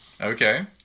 Okay